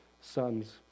sons